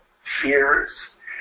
fears